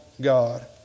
God